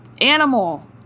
animal